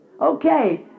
Okay